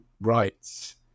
rights